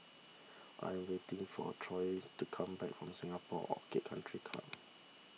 I am waiting for Toy to come back from Singapore Orchid Country Club